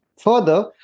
Further